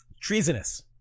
Treasonous